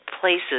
places